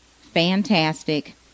fantastic